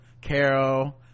carol